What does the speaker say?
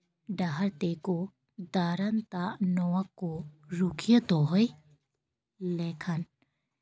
ᱰᱟᱦᱟᱨ ᱛᱮᱠᱚ ᱛᱟᱲᱟᱢᱫᱟ ᱱᱚᱣᱟ ᱠᱚ ᱨᱩᱠᱷᱭᱟᱹ ᱫᱚᱦᱚᱭ ᱞᱮᱠᱷᱟᱱ